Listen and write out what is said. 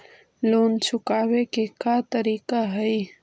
Loan चुकावे के का का तरीका हई?